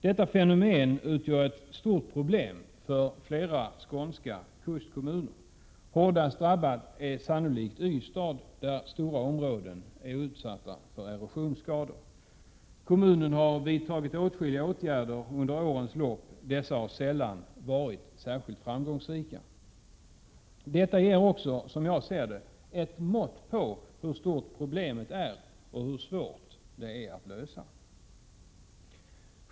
Detta fenomen utgör ett stort problem för flera skånska kustkommuner. Hårdast drabbad är sannolikt Ystad, där stora områden är utsatta för erosionsskador. Kommunen har vidtagit åtskilliga åtgärder under årens lopp, men dessa har sällan varit särskilt framgångsrika. Detta ger också, som jag ser det, ett mått på hur stort problemet är, och hur svårt det är att lösa.